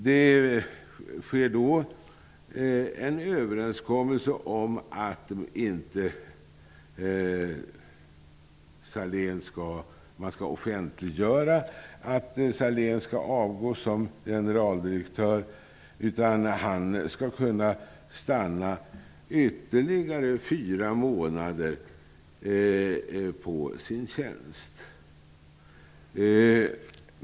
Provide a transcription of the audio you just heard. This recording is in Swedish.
Det sker en överenskommelse om att det inte skall offentliggöras att Sahlén skall avgå som generaldirektör, utan han skall kunna stanna ytterligare fyra månader i sin tjänst.